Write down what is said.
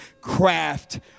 craft